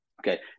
Okay